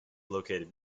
located